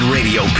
Radio